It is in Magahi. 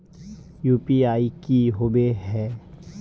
यु.पी.आई की होबे है?